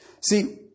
See